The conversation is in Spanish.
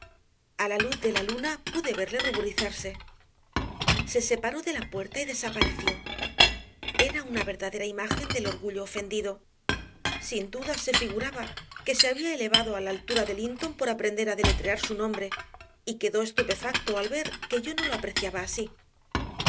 a la luz de la luna pude verle ruborizarse se separó de la puerta y desapareció era una verdadera imagen del orgullo ofendido sin duda se figuraba que se había elevado a la altura de linton por aprender a deletrear su nombre y quedó estupefacto al ver que yo no lo apreciaba así